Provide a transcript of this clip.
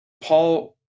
Paul